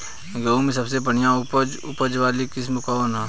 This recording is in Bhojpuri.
गेहूं में सबसे बढ़िया उच्च उपज वाली किस्म कौन ह?